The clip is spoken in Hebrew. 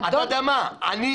אתה יודע מה, אני